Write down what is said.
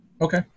Okay